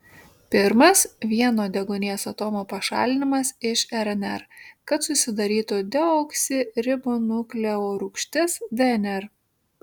pirmas vieno deguonies atomo pašalinimas iš rnr kad susidarytų deoksiribonukleorūgštis dnr